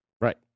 Right